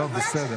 בגלל,